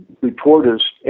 reporters